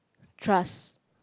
trust